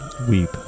weep